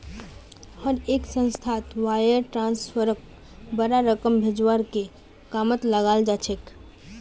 हर एक संस्थात वायर ट्रांस्फरक बडा रकम भेजवार के कामत लगाल जा छेक